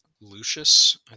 Lucius